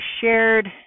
shared